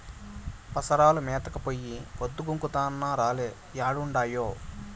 పసరాలు మేతకు పోయి పొద్దు గుంకుతున్నా రాలే ఏడుండాయో